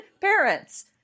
Parents